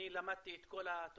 אני למדתי את כל התוכנית,